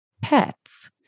pets